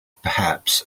perhaps